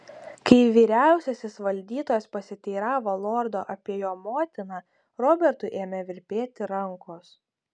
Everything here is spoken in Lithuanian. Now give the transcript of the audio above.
kai vyriausiasis valdytojas pasiteiravo lordo apie jo motiną robertui ėmė virpėti rankos